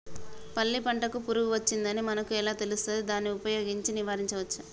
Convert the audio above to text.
పల్లి పంటకు పురుగు వచ్చిందని మనకు ఎలా తెలుస్తది దాన్ని ఉపయోగించి నివారించవచ్చా?